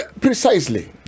precisely